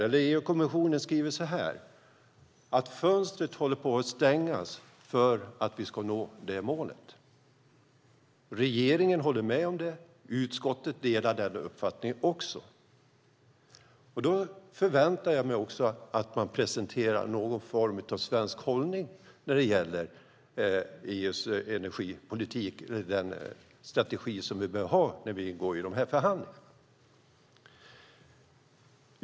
EU-kommissionen skriver att fönstret håller på att stängas för att vi ska nå detta mål. Regeringen håller med om det. Även utskottet delar den uppfattningen. Då förväntar jag mig också att man presenterar någon form av svensk hållning när det gäller energipolitiken och den strategi som vi bör ha när vi går in i de här förhandlingarna.